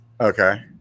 Okay